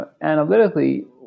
analytically